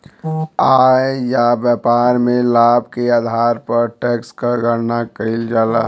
आय या व्यापार में लाभ के आधार पर टैक्स क गणना कइल जाला